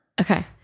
Okay